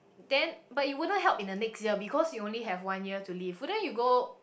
then but it wouldn't help in the next year because you only have one year to live wouldn't you go